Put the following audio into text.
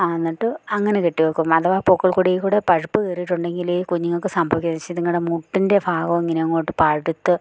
ആ എന്നിട്ട് അങ്ങനെ കെട്ടി വെക്കും അഥവാ പൊക്കിൾക്കൊടിയിൽ കൂടി പഴുപ്പ് കയറിയിട്ടുണ്ടെങ്കിലീ കുഞ്ഞുങ്ങൾക്ക് സംഭവിച്ചിത് ഞങ്ങളുടെ മുട്ടിൻ്റെ ഭാഗം ഇങ്ങനെ അങ്ങോട്ട് പഴുത്ത്